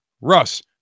Russ